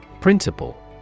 Principle